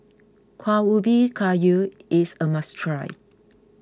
Kueh Ubi Kayu is a must try